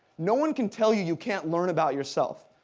no one can tell you you can't learn about yourself.